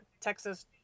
Texas